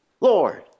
Lord